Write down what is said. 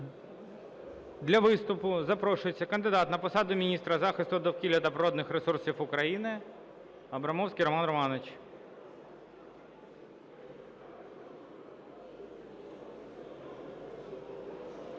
Для виступу запрошується кандидат на посаду міністра захисту довкілля та природних ресурсів України Абрамовський Роман Романович.